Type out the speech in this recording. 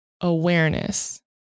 awareness